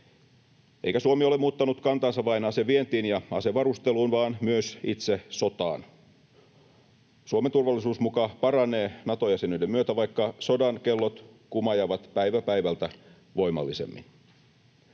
Eikä Suomi ole muuttanut kantaansa vain asevientiin ja asevarusteluun vaan myös itse sotaan. Suomen turvallisuus muka paranee Nato-jäsenyyden myötä, vaikka sodan kellot kumajavat päivä päivältä voimallisemmin.